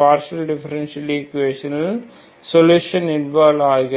partial differential ஈக்குவேஷனின் சொலுஷனில் involve ஆகின்றன